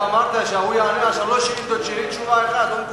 אתה אמרת שהוא יענה על שאילתות, תשובה אחת.